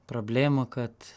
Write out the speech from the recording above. problėmų kad